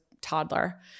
toddler